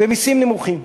ומסים נמוכים.